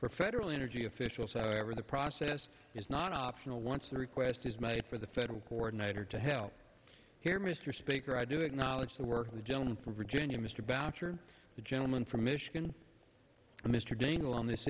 for federal energy officials however the process is not optional once the request is made for the federal coordinator to help here mr speaker i do acknowledge the work of the gentleman from virginia mr boucher the gentleman from michigan mr dingell on this